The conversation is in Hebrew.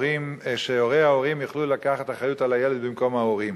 שהורי ההורים יוכלו לקחת אחריות לילד במקום ההורים.